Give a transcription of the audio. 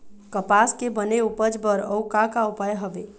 कपास के बने उपज बर अउ का का उपाय हवे?